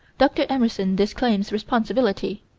dr. emerson disclaims responsibility.